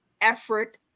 effort